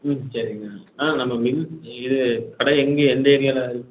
சரிங்கண்ணா நம்ம மில் இது கடை எங்கே எந்த ஏரியாவில் இருக்குதுண்ணா